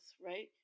right